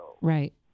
Right